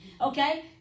Okay